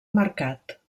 mercat